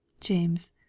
James